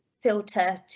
filter